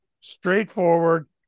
straightforward